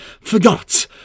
forgot